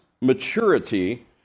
maturity